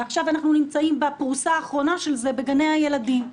ועכשיו אנחנו נמצאים בפרוסה האחרונה של זה בגני הילדים?